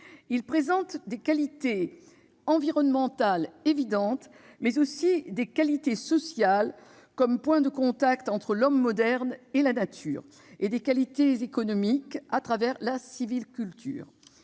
Ils présentent des qualités environnementales évidentes, mais aussi des qualités sociales, comme point de contact entre l'homme moderne et la nature, et des qualités économiques, au travers de la sylviculture.